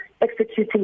executing